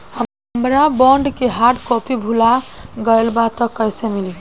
हमार बॉन्ड के hard copy भुला गएलबा त कैसे मिली?